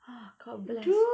!wah! god bless